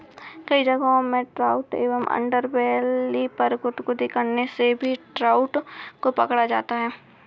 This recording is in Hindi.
कई जगहों पर ट्राउट के अंडरबेली पर गुदगुदी करने से भी ट्राउट को पकड़ा जाता है